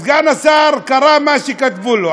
סגן השר קרא מה שכתבו לו.